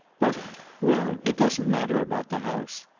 but well, it doesn't matter about the house.